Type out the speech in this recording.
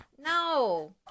No